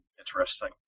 interesting